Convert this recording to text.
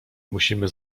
musimy